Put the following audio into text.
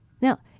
Now